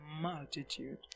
multitude